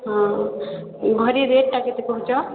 ହଁ ଭରିଏ ରେଟ୍ଟା କେତେ କହୁଛ